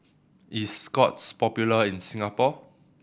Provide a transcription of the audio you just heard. is Scott's popular in Singapore